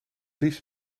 liefst